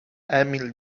emil